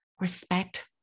respect